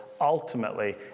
ultimately